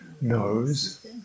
knows